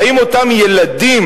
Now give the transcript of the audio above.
האם אותם ילדים,